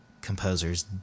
composers